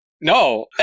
No